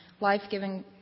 life-giving